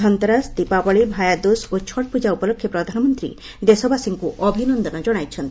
ଧନ୍ତେରସ୍ ଦୀପାବଳି ଭାୟାଦୁକ୍ ଓ ଛଟ୍ପୂଜା ଉପଲକ୍ଷେ ପ୍ରଧାନମନ୍ତ୍ରୀ ଦେଶବାସୀଙ୍କୁ ଅଭିନନ୍ଦନ ଜଣାଇଛନ୍ତି